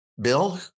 Bill